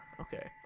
Okay